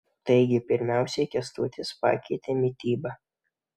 taigi pirmiausiai kęstutis pakeitė mitybą